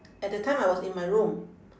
at that time I was in my room